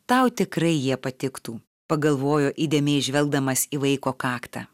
tau tikrai jie patiktų pagalvojo įdėmiai žvelgdamas į vaiko kaktą